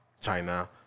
China